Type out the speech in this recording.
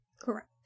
correct